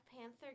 Panther